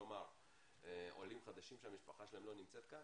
כלומר עולים חדשים שהמשפחה שלהם לא נמצאת כאן,